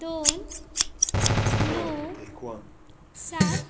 दोन णव सात